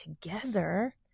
together